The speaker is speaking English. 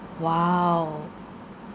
!wow!